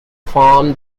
form